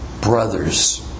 brothers